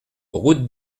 route